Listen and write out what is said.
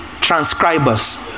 transcribers